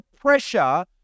pressure